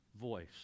voice